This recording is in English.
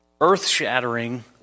earth-shattering